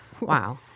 wow